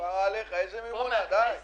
שאמור היה לשבת פה בחדר, סוגר את